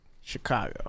Chicago